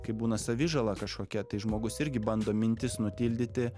kaip būna savižala kažkokia tai žmogus irgi bando mintis nutildyti